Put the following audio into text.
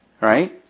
Right